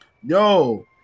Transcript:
Yo